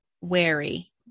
wary